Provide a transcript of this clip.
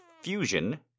fusion